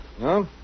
No